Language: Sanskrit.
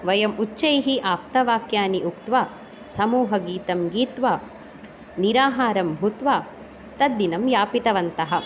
वयम् उच्चैः आप्तवाक्यानि उक्त्वा समूहगीतं गीत्वा निराहारं भूत्वा तद् दिनं व्यापितवन्तः